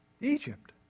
Egypt